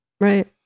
right